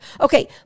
Okay